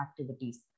activities